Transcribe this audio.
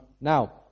Now